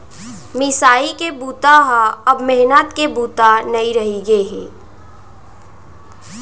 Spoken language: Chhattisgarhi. मिसाई के बूता ह अब मेहनत के बूता नइ रहि गे हे